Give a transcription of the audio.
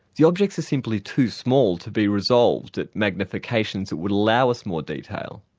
the objects are simply too small to be resolved at magnifications that would allow us more detail.